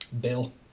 Bill